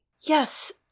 Yes